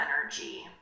energy